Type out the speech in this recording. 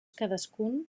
cadascun